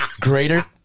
Greater